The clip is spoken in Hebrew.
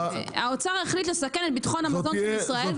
האוצר מסכן את ביטחון המזון כבר שנים.